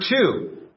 two